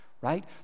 right